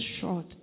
short